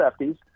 lefties